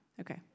Okay